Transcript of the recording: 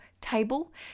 table